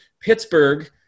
Pittsburgh